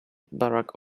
barack